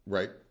Right